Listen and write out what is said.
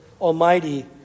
Almighty